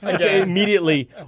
Immediately